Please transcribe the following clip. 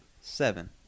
seven